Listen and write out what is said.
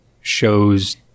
shows